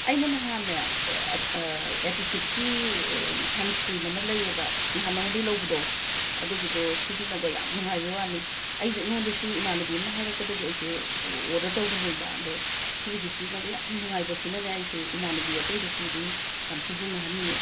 ꯑꯩꯅ ꯅꯍꯥꯟꯅꯦ ꯑꯦꯇꯤꯆꯨꯠꯀꯤ ꯁꯟꯁ꯭ꯀ꯭ꯔꯤꯟ ꯑꯃ ꯂꯩꯌꯦꯕ ꯅꯍꯥꯟ ꯅꯉꯣꯟꯗꯒꯤ ꯂꯧꯕꯗꯣ ꯑꯗꯨꯒꯤꯗꯨ ꯁꯤꯖꯤꯟꯅꯕ ꯌꯥꯝꯅ ꯅꯨꯉꯥꯏꯕꯒꯤ ꯋꯥꯅꯤ ꯑꯩꯁꯨ ꯑꯩꯉꯣꯟꯗꯁꯨ ꯏꯃꯥꯟꯅꯕꯤ ꯑꯃꯅ ꯍꯥꯏꯔꯛꯄꯗꯒꯤ ꯑꯩꯁꯦ ꯑꯣꯔꯗꯔ ꯇꯧꯕꯅꯦꯕ ꯑꯗꯣ ꯁꯤꯒꯤꯁꯦ ꯁꯤꯖꯤꯟꯅꯕ ꯌꯥꯝꯅ ꯅꯨꯉꯥꯏꯕꯁꯤꯅꯅꯦ ꯑꯩꯁꯦ ꯏꯃꯥꯟꯅꯕꯤ ꯑꯇꯩꯗꯁꯨ ꯑꯗꯨꯝ ꯌꯥꯝꯅ ꯁꯤꯖꯤꯟꯅꯍꯟꯅꯤꯡꯉꯦ